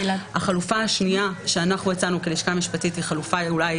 החלופה השנייה שאנחנו כלשכה משפטית הצענו היא חלופה אולי